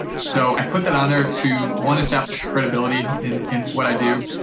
so i put that on there to, one, establish credibility in in what i do,